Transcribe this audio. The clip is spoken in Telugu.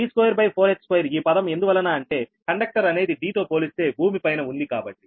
D24h2ఈ పదం ఎందువలన అంటే కండక్టర్ అనేది d తో పోలిస్తే భూమిపైన ఉంది కాబట్టి